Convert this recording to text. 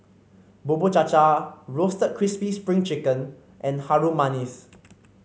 Bubur Cha Cha Roasted Crispy Spring Chicken and Harum Manis